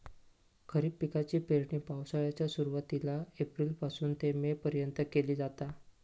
खरीप पिकाची पेरणी पावसाळ्याच्या सुरुवातीला एप्रिल पासून ते मे पर्यंत केली जाता